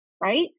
right